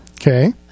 Okay